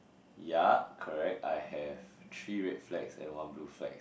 ya correct I have three red flags and one blue flag